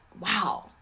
wow